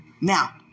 now